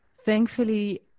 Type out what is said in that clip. thankfully